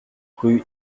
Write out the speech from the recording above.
rue